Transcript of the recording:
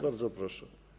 Bardzo proszę.